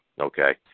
okay